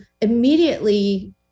immediately